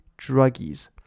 druggies